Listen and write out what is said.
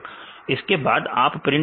इसके बाद आप प्रिंट A करें